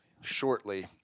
shortly